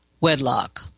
wedlock